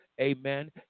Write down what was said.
Amen